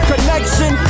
Connection